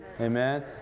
Amen